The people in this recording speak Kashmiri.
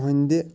ہٕنٛدِ